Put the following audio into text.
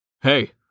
Hey